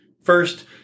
First